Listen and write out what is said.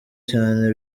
cyane